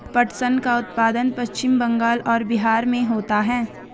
पटसन का उत्पादन पश्चिम बंगाल और बिहार में होता है